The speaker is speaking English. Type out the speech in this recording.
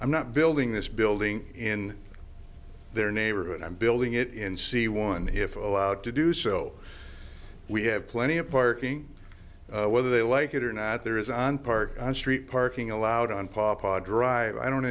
i'm not building this building in their neighborhood i'm building it in c one if allowed to do so we have plenty of parking whether they like it or not there is on park street parking allowed on papad drive i don't